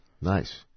Nice